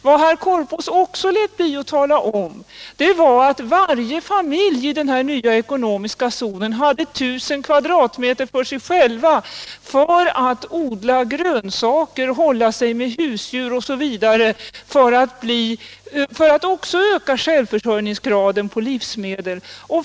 Vad herr Korpås också lät bli att tala om var att varje familj i den här nya ekonomiska zonen hade 1 000 kvadratmeter för sig själv för att odla grönsaker, hålla sig med husdjur osv. — också detta för att öka självförsörjningsgraden när det gäller livsmedel.